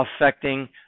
affecting